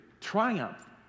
triumph